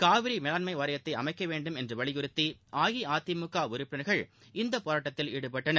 காவிரி மேலாண்மை வாரியத்தை அமைக்க வேண்டுமென்று வலியுறுத்தி அஇஅதிமுக உறுப்பினர்கள் இந்தப் போராட்டத்தில் ஈடுபட்டனர்